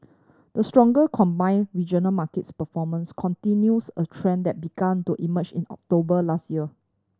the stronger combined regional markets performance continues a trend that began to emerge in October last year